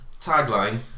Tagline